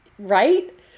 right